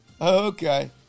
Okay